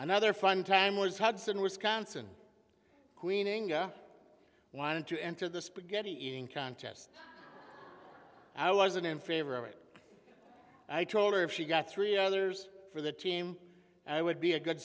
another fun time was hudson wisconsin queening wanted to enter the spaghetti eating contest i wasn't in favor of it i told her if she got three others for the team i would be a good